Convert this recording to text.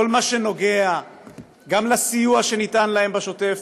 בכל מה שנוגע גם לסיוע שניתן להם בשוטף,